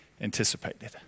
anticipated